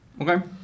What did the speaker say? Okay